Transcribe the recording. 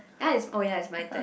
ya it's oh ya it's my turn